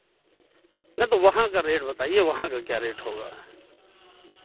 ना तो वहाँ का रेट बताइए वहाँ का क्या रेट होगा